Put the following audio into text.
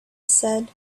said